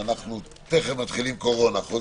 הישיבה נעולה.